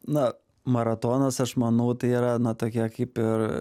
na maratonas aš manau tai yra na tokia kaip ir